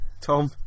Tom